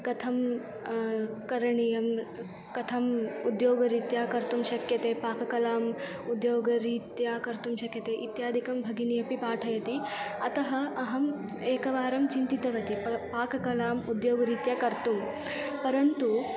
कथं करणीयं कथम् उद्योगरीत्या कर्तुं शक्यते पाककलाम् उद्योगरीत्या कर्तुम् शक्यते इत्यादिकं भगिनी अपि पाठयति अतः अहम् एकवारं चिन्तितवती प पाककलाम् उद्योगरीत्या कर्तुं परन्तु